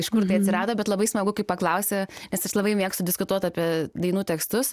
iš kur tai atsirado bet labai smagu kai paklausi nes aš labai mėgstu diskutuot apie dainų tekstus